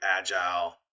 agile